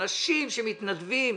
אנשים שמתנדבים.